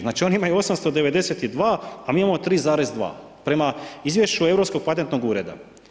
Znači oni imaju 892, a mi imamo 3,2 prema izvješću Europskog patentnog ureda.